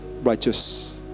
righteous